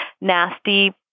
nasty